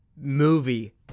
movie